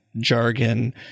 jargon